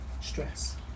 Stress